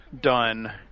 done